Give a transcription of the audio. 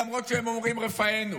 למרות שהם אומרים "רפאנו".